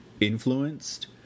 influenced